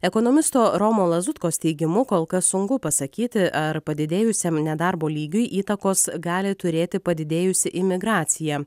ekonomisto romo lazutkos teigimu kol kas sunku pasakyti ar padidėjusiam nedarbo lygiui įtakos gali turėti padidėjusi imigracija